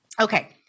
Okay